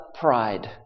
pride